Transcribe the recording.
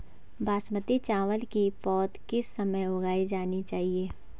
बासमती चावल की पौध किस समय उगाई जानी चाहिये?